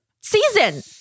season